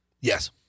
Yes